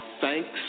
thanks